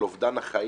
על אובדן החיים,